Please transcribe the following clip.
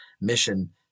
mission